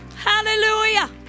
hallelujah